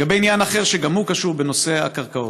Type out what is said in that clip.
לגבי עניין אחר, שגם הוא קשור בנושא הקרקעות,